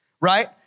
right